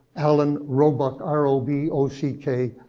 alan robock, r o b o c k,